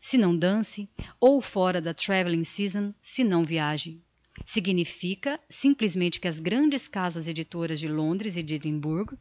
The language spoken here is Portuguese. se não dance ou fóra da travelling season se não viaje significa simplesmente que as grandes casas editoras de londres e d'edimburgo